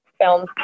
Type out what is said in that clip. film